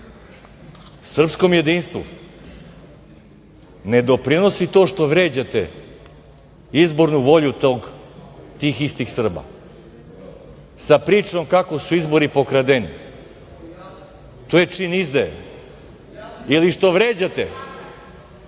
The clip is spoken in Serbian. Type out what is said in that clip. Srpskom jedinstvu ne doprinosi to što vređate izbornu volju tih istih Srba, sa pričom kako su izbori pokradeni, to je čin izdaje ili što vređate